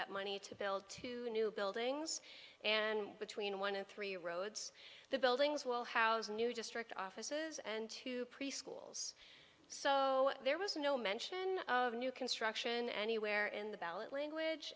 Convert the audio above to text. that money to build two new buildings and between one and three roads the buildings will housing new district offices and two preschools so there was no mention of new construction anywhere in the ballot language